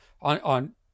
on